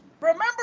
Remember